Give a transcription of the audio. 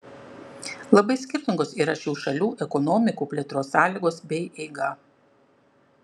labai skirtingos yra šių šalių ekonomikų plėtros sąlygos bei eiga